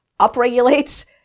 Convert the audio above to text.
upregulates